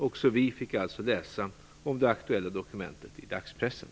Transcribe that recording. Också vi fick alltså läsa om det aktuella dokumentet i dagspressen.